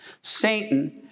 Satan